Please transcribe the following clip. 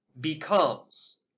becomes